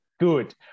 Good